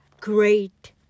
great